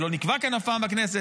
זה לא נקבע כאן אף פעם בכנסת,